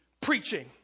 preaching